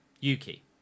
Yuki